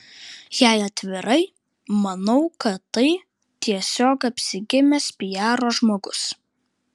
jei atvirai manau kad tai tiesiog apsigimęs piaro žmogus